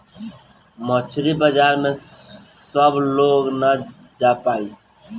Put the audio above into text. मछरी बाजार में सब लोग ना जा पाई